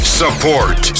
support